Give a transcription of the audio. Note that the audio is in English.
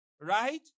right